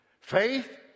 Faith